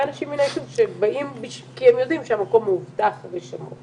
אנשים מן הישוב שבאים כי הם יודעים שהמקום מאובטח ושמור.